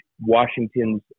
Washington's